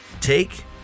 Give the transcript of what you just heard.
take